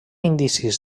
indicis